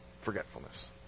Forgetfulness